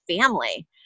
family